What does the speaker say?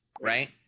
right